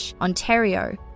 Ontario